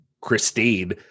Christine